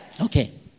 Okay